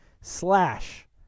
slash